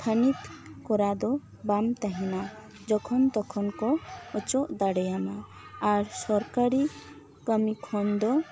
ᱛᱷᱟᱹᱱᱤᱛ ᱠᱚᱨᱟᱣ ᱫᱚ ᱵᱟᱢ ᱛᱟᱦᱮᱱᱟ ᱡᱚᱠᱷᱚᱱ ᱛᱚᱠᱷᱚᱱ ᱠᱚ ᱚᱪᱚᱜ ᱫᱟᱲᱮᱭᱟᱢᱟ ᱟᱨ ᱥᱚᱨᱠᱟᱨᱤ ᱠᱟᱹᱢᱤ ᱠᱷᱚᱱ ᱫᱚ